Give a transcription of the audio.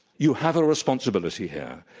you have a responsibility here.